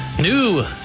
New